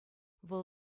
вӑл